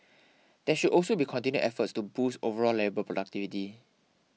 there should also be continued efforts to boost overall labour productivity